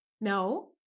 No